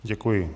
Děkuji.